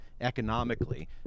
economically